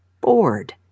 bored